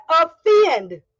offend